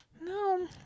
No